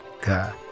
God